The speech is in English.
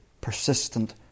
persistent